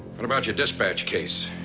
and about your dispatch case?